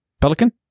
pelican